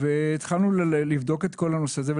התחלנו לבדוק את כל הנושא הזה.